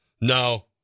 No